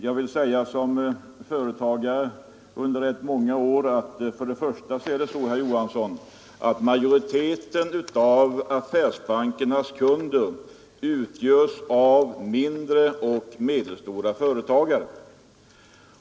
Jag har varit företagare under rätt många år, och i den egenskapen vill jag säga att majoriteten av affärsbankernas kunder, herr Olof Johansson, utgörs av mindre och medelstora företagare.